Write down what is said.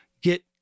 get